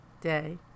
day